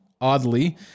oddly